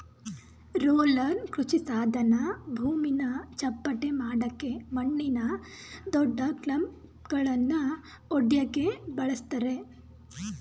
roller ಕೃಷಿಸಾಧನ ಭೂಮಿನ ಚಪ್ಪಟೆಮಾಡಕೆ ಮಣ್ಣಿನ ದೊಡ್ಡಕ್ಲಂಪ್ಗಳನ್ನ ಒಡ್ಯಕೆ ಬಳುಸ್ತರೆ